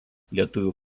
lietuvių